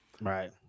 right